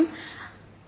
அந்த விஷயம்